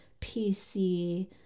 PC